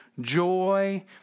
joy